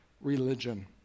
religion